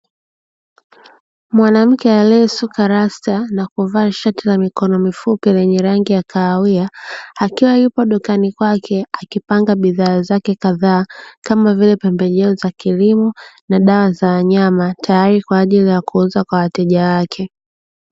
Mwanamke aliyesuka rasta na kuvaa shati la mikono mifupi lenye rangi ya kahawia akiwa yupo dukani kwake kipanga bidhaa zake kazaa kama vile pembejeo za kilimo na dawa za wanyama tayari kwa kuuza kwa wateja wake.